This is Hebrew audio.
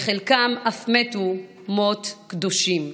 וחלקם אף מתו מות קדושים.